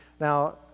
Now